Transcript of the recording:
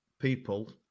people